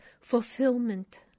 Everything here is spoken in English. fulfillment